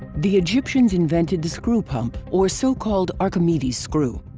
the egyptians invented the screw pump, or so-called archimedes screw.